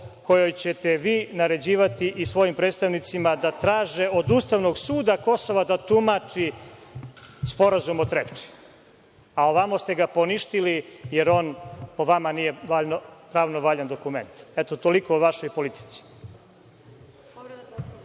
kojoj ćete vi naređivati, i svojim predstavnicima, da traže od ustavnog suda Kosova da tumači Sporazum o Trepči, a ovamo ste ga poništili, jer on po vama nije pravno valjan dokument. Eto, toliko o vašoj politici.(Gorica